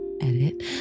edit